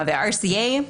ו-RCA,